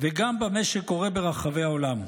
וגם במה שקורה ברחבי העולם.